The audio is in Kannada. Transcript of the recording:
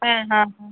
ಹಾಂ ಹಾಂ ಹಾಂ